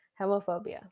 Hemophobia